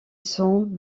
cent